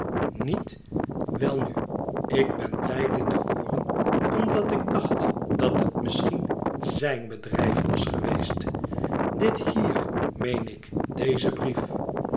niet welnu ik ben blij dit te hooren omdat ik dacht dat het misschien zijn bedrijf was geweest dit hier meen ik dezen brief